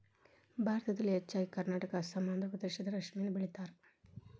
ಭಾರತದಲ್ಲಿ ಹೆಚ್ಚಾಗಿ ಕರ್ನಾಟಕಾ ಅಸ್ಸಾಂ ಆಂದ್ರಪ್ರದೇಶದಾಗ ರೇಶ್ಮಿನ ಬೆಳಿತಾರ